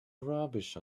rubbish